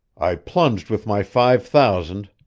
i plunged with my five thousand,